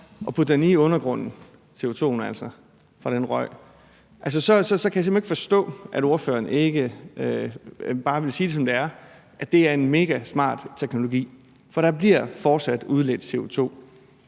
og putte den ned i undergrunden, altså CO2'en fra den røg, så kan jeg simpelt hen ikke forstå, at ordføreren ikke bare vil sige det, som det er, at det er en megasmart teknologi. For der bliver fortsat udledt CO2,